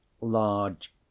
large